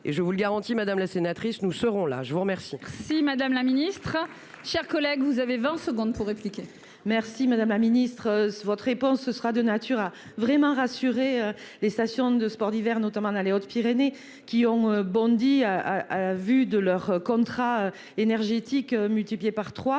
et je vous le garantis, madame la sénatrice, nous serons là, je vous remercie. Si Madame la Ministre, chers collègues, vous avez 20 secondes pour répliquer. Merci madame la ministre, votre réponse, ce sera de nature à vraiment rassuré les stations de sports d'hiver, notamment dans les Hautes-Pyrénées, qui ont bondi à, à vue de leur contrat énergétiques multiplié par 3,